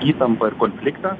įtampą ir konfliktą